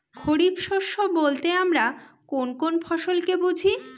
খরিফ শস্য বলতে আমরা কোন কোন ফসল কে বুঝি?